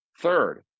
third